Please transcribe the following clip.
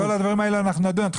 על כל הדברים האלה אנחנו נדון.